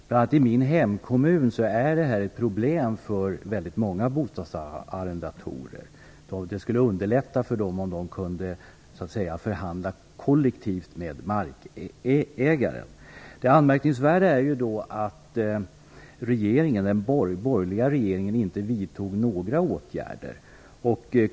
Bl.a. i min hemkommun är detta ett problem för många bostadsarrendatorer. Det skulle underlätta för dem om de så att säga kunde förhandla kollektivt med markägaren. Det anmärkningsvärda är att den borgerliga regeringen inte vidtog några åtgärder.